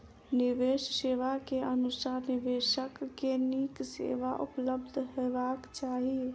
निवेश सेवा के अनुसार निवेशक के नीक सेवा उपलब्ध हेबाक चाही